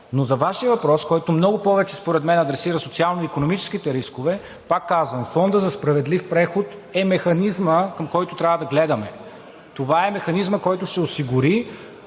Но за Вашия въпрос, който много повече според мен адресира социално-икономическите рискове, пак казвам, Фондът за справедлив преход е механизмът, към който трябва да гледаме. Това е механизмът, който ще осигури